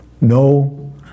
no